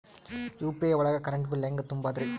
UPI ಒಳಗ current bill ಹೆಂಗ್ ತುಂಬದ್ರಿ?